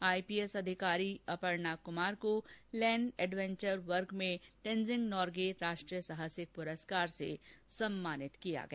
IPS अधिकारी अपर्णा कुमार को land adventure वर्ग में तेनजिंग नार्गे राष्ट्रीय साहसिक पुरस्कार से सम्मानित किया गया